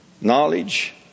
knowledge